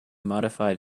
modify